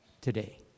today